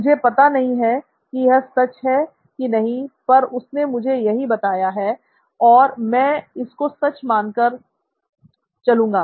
मुझे पता नहीं कि यह सच है कि नहीं पर उसने मुझे यही बताया है और मैं इस को सच मानकर चलूंगा